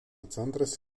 centras